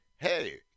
Hey